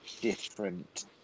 different